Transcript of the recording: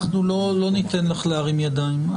אנחנו לא ניתן לך להרים ידיים.